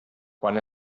quan